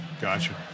Gotcha